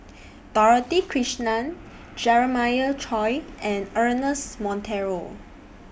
Dorothy Krishnan Jeremiah Choy and Ernest Monteiro